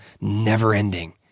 never-ending